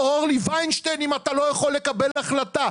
אורלי וינשטיין אם אתה לא יכול לקבל החלטה'.